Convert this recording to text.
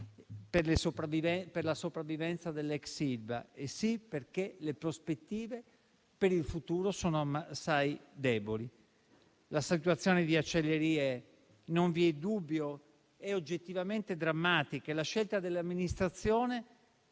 per la sopravvivenza dell'ex Ilva; sì, perché le prospettive per il futuro sono assai deboli. La situazione di Acciaierie - non vi è dubbio - è oggettivamente drammatica e la scelta dell'amministrazione